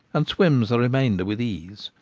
and swims the remainder with ease.